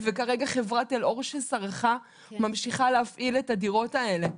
כרגע חברת אלאור שסרחה ממשיכה להפעיל את הדירות האלה.